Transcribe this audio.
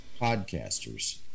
podcasters